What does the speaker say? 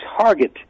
target